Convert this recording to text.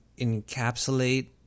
encapsulate